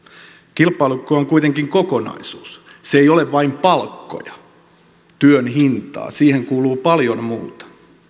kilpailukyky on kuitenkin kokonaisuus se ei ole vain palkkoja työn hintaa siihen kuuluu paljon muuta